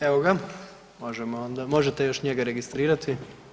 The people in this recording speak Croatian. Evo ga, možemo onda, možete još njega registrirati.